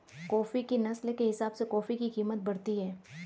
coffee की नस्ल के हिसाब से कॉफी की कीमत बढ़ती है